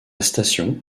station